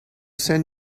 san